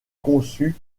conçut